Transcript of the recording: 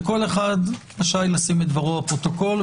וכל אחד רשאי לשים את דברו בפרוטוקול,